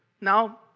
Now